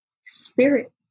spirit